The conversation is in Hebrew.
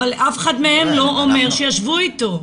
אבל אף אחד מהם לא אומר שישבו איתו,